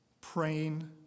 praying